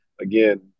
again